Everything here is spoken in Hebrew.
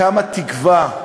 כמה תקווה,